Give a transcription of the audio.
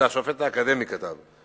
זה השופט האקדמי כתב.